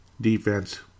defense